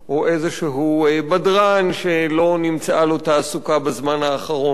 או איזה בדרן שלא נמצאה לו תעסוקה בזמן האחרון,